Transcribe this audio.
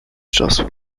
czasu